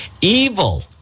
evil